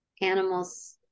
animals